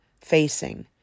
facing